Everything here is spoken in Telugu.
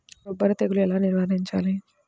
బొబ్బర తెగులు ఎలా నివారించాలి?